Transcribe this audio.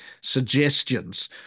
suggestions